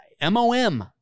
M-O-M